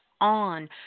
on